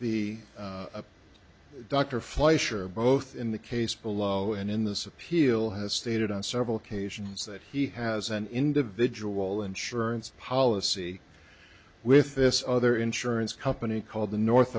dr fleischer both in the case below and in this appeal has stated on several occasions that he has an individual insurance policy with this other insurance company called the north